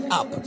up